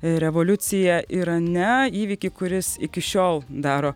revoliuciją irane įvykį kuris iki šiol daro